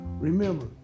Remember